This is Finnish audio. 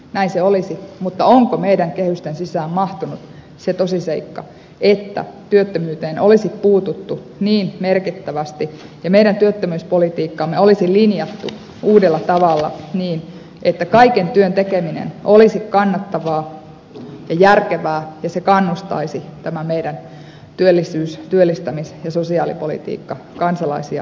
näin se olisi mutta onko meidän kehystemme sisään mahtunut se tosiseikka että työttömyyteen olisi puututtu niin merkittävästi ja meidän työttömyyspolitiikkamme olisi linjattu uudella tavalla niin että kaiken työn tekeminen olisi kannattavaa ja järkevää ja tämä meidän työllisyys työllistämis ja sosiaalipolitiikkamme kannustaisi kansalaisia työn syrjään kiinni